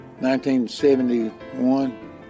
1971